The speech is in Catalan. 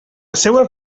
seua